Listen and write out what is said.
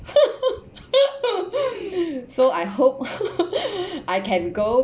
so I hope I can go